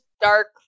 dark